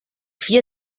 vier